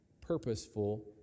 purposeful